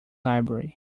library